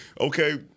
Okay